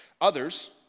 Others